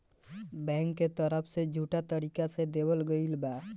bank के तरफ से झूठा तरीका से देवल गईल करजा के भरपाई ना होखेला